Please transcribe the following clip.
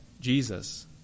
Jesus